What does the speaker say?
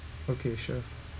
okay sure